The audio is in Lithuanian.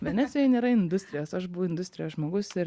venecijoj nėra industrijos o aš buvau industrijos žmogus ir